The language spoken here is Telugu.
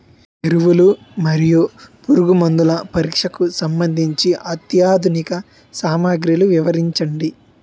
ఎరువులు మరియు పురుగుమందుల పరీక్షకు సంబంధించి అత్యాధునిక సామగ్రిలు వివరించండి?